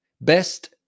best